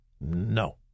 No